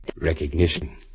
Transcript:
Recognition